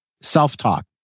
self-talk